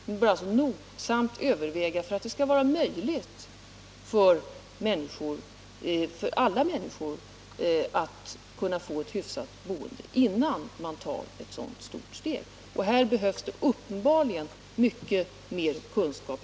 Man bör alltså nogsamt överväga hur det skall vara möjligt för alla människor att få ett hyfsat boende, innan man tar ett sådant stort steg. Här behövs uppenbarligen mycket mer kunskap.